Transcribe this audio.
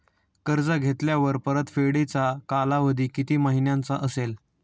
कर्ज घेतल्यावर परतफेडीचा कालावधी किती महिन्यांचा असेल?